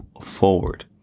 forward